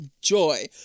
joy